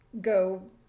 go